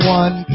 one